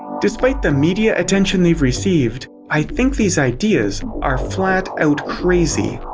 despite the media attention they've received, i think these ideas are flat-out crazy.